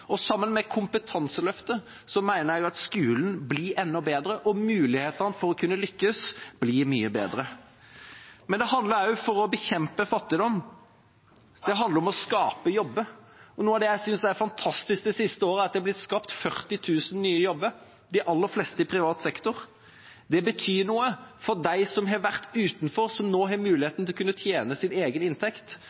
elev. Sammen med kompetanseløftet mener jeg at skolen blir enda bedre, og mulighetene for å kunne lykkes blir mye bedre. Å bekjempe fattigdom handler om å skape jobber. Noe av det jeg synes har vært fantastisk de siste årene, er at det er blitt skapt 40 000 nye jobber, de aller fleste i privat sektor. Det betyr noe for dem som har vært utenfor, som nå har mulighet til å kunne få sin egen inntekt,